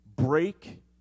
break